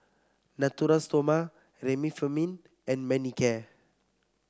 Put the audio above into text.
Natura Stoma Remifemin and Manicare